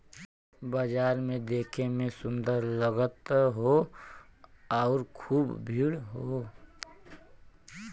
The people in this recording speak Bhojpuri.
बाजार देखे में सुंदर लगत हौ आउर खूब भीड़ हौ